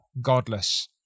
godless